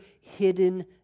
hidden